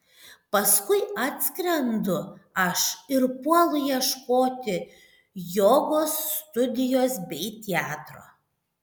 paskui atskrendu aš ir puolu ieškoti jogos studijos bei teatro